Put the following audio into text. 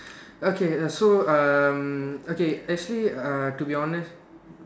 okay err so um okay actually uh to be honest